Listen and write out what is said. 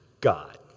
God